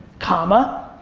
comma,